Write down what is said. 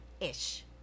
Ish